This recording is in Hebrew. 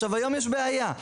היום יש בעיה,